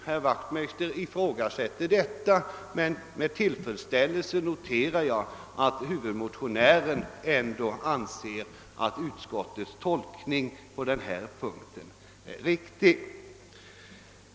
Herr Wachtmeister ifrågasätter detta, men med tillfredsställelse noterar jag att huvudmotionären ändå anser att utskottets tolkning på den punkten är riktig.